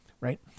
Right